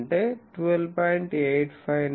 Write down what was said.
715 lambda naught అంటే 12